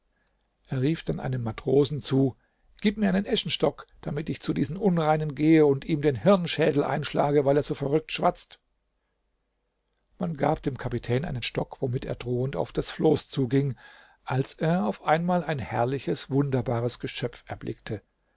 er rief dann einem matrosen zu gib mir einen eschenstock damit ich zu diesem unreinen gehe und ihm den hirnschädel einschlage weil er so verrückt schwatzt man gab dem kapitän einen stock womit er drohend auf das floß zuging als er auf einmal ein herrliches wunderbares geschöpf erblickte